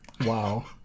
Wow